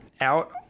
out